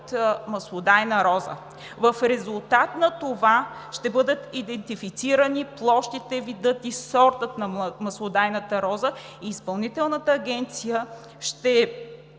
маслодайна роза. В резултат на това ще бъдат идентифицирани площите, видът и сортът на маслодайната роза. Изпълнителната агенция ще